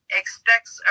expects